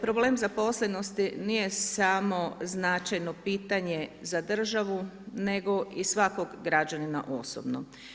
Problem zaposlenosti nije samo značajno pitanje za državu nego i svakog građanina osobno.